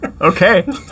Okay